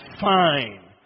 fine